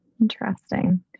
Interesting